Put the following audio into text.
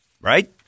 Right